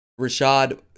Rashad